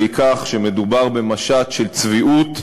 אם אפשר לקרוא לזה רשימה משותפת,